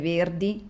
Verdi